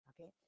Okay